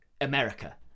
america